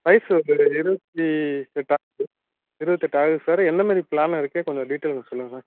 வயசு ஒரு இருபத்தி எட்டு ஆகுது இருபத்தெட்டு ஆகுது சார் என்னமாதிரி ப்ளான் இருக்குது கொஞ்சம் டீடைல் சொல்லுங்கள்